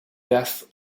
death